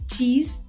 Cheese